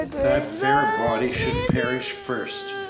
that fair body should perish first,